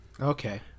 okay